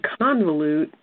convolute